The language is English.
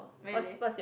really